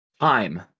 time